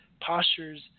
postures